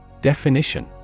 Definition